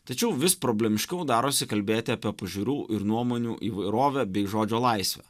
tačiau vis problemiškiau darosi kalbėti apie pažiūrų ir nuomonių įvairovę bei žodžio laisvę